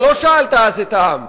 אבל לא שאלת אז את העם,